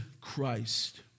Christ